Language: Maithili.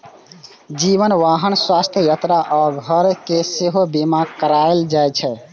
जीवन, वाहन, स्वास्थ्य, यात्रा आ घर के सेहो बीमा कराएल जाइ छै